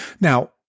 Now